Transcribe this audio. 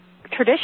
tradition